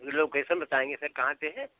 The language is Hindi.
लोकेसन बताएंगे सर कहाँ पर है